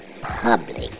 Public